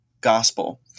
gospel